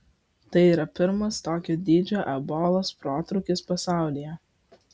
tai yra pirmas tokio dydžio ebolos protrūkis pasaulyje